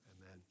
Amen